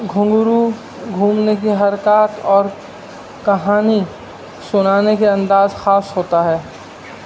گھنگرو گھومنے کی حرکات اور کہانی سنانے کے انداز خاص ہوتا ہے